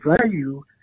value